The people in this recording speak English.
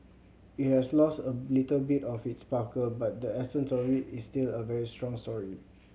it has lost a little bit of its sparkle but the essence of it is still a very strong story